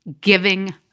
giving